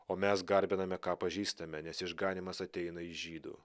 o mes garbiname ką pažįstame nes išganymas ateina iš žydų